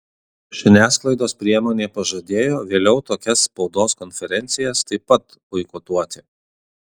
žiniasklaidos priemonė pažadėjo vėliau tokias spaudos konferencijas taip pat boikotuoti